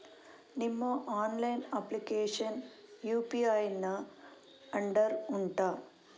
ನಿಮ್ಮ online application UPI ನ under ಉಂಟಾ